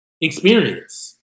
experience